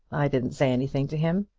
i didn't say anything to him.